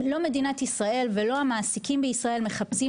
לא מדינת ישראל ולא המעסיקים בישראל מחפשים